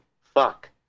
Fuck